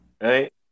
Right